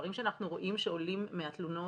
לדברים שאנחנו רואים שעולים מהתלונות,